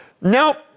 Nope